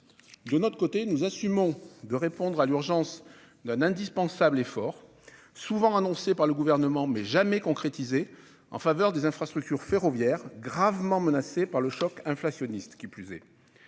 De notre côté, nous assumons de répondre à l'urgence en faisant un indispensable effort, souvent annoncé par le Gouvernement, mais jamais concrétisé, en faveur des infrastructures ferroviaires gravement menacées par le choc inflationniste. Comme